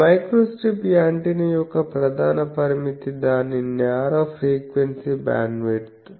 ఈ microstrip antenna యొక్క ప్రధాన పరిమితి దాని న్యారో ఫ్రీక్వెన్సీ బ్యాండ్విడ్త్